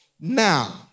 Now